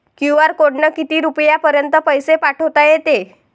QR कोडनं किती रुपयापर्यंत पैसे पाठोता येते?